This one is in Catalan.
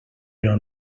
però